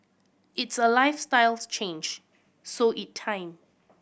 it's a lifestyles change so it time